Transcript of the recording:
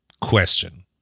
question